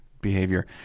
behavior –